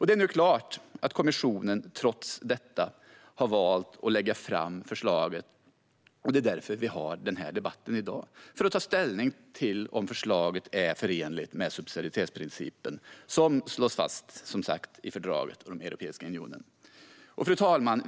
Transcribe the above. Det är nu klart att kommissionen, trots detta, har valt att lägga fram förslaget. Det är därför vi har denna debatt i dag - för att ta ställning till om förslaget är förenligt med subsidiaritetsprincipen, som alltså slås fast i fördraget om Europeiska unionen. Fru talman!